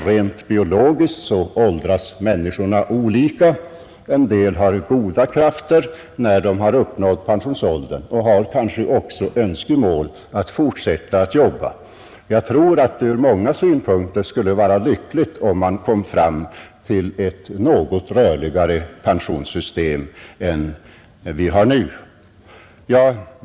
Rent biologiskt åldras människorna olika — en del har goda krafter när de uppnått pensionsåldern och de har kanske också önskemålet att få fortsätta att jobba. Jag tror att det ur många synpunkter skulle vara lyckligt om man kom fram till ett något rörligare pensionssystem än det vi nu har.